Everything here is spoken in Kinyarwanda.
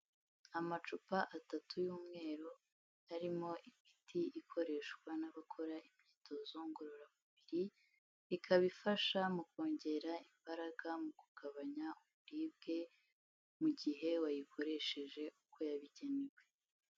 Amacupa atatu y'umweru, arimo imiti ikoreshwa n'abakora imyitozo ngororamubiri, ikaba ifasha mu kongera imbaraga mu kugabanya uburibwe, mu gihe wayikoresheje uko yabigenewe.